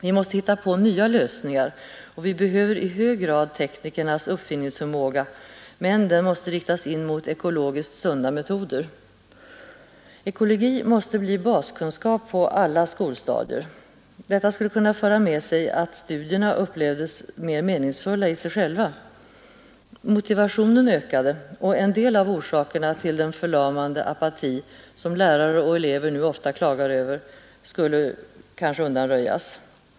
Vi måste hitta på nya lösningar och vi behöver i hög grad teknikernas uppfinningsförmåga, men den måste riktas in mot ekologiskt sunda metoder. Ekologi måste bli baskunskap på alla skolstadier. Detta skulle också föra med sig att studierna upplevdes mer meningsfulla i sig själva. Motivationen ökade och en del av orsakerna till den förlamande apati som lärare och elever nu ofta klagar över skulle kanske undanröjas.